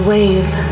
Wave